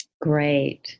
Great